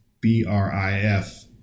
B-R-I-F